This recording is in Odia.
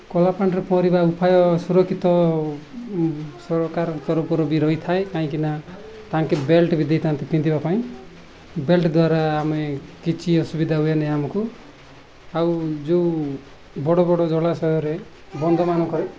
ଖୋଲା ପାଣିରେ ପହଁରିବା ଉପାୟ ସୁରକ୍ଷିତ ସରକାରଙ୍କ ତରଫରୁ ବି ରହିଥାଏ କାହିଁକିନା ତାଙ୍କେ ବେଲ୍ଟ ବି ଦେଇଥାନ୍ତି ପିନ୍ଧିବା ପାଇଁ ବେଲ୍ଟ ଦ୍ଵାରା ଆମେ କିଛି ଅସୁବିଧା ହୁଏ ନାହିଁ ଆମକୁ ଆଉ ଯେଉଁ ବଡ଼ ବଡ଼ ଜଳାଶୟରେ ବନ୍ଧମାନଙ୍କରେ